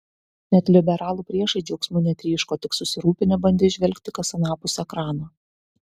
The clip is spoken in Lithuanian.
net liberalų priešai džiaugsmu netryško tik susirūpinę bandė įžvelgti kas anapus ekrano